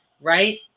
right